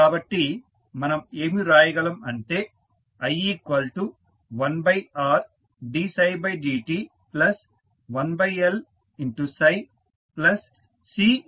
కాబట్టి మనం ఏమి వ్రాయగలం అంటే i1Rdψdt1LψCd2dt2